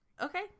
okay